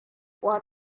what